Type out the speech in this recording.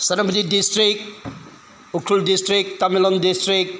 Senapati district Ukhrul district Tamenglong district